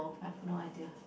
I've no idea